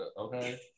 okay